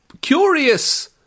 curious